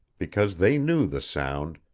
because they knew the sound,